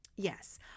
Yes